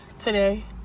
today